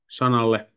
sanalle